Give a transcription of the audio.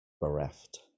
bereft